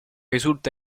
risulta